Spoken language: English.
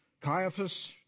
Caiaphas